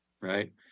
right